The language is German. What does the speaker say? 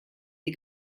sie